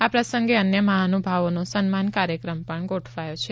આ પ્રસંગે અન્ય મહાનુભાવોનો સન્માન કાર્યક્રમ પણ ગોઠવાયો છે